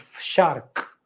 shark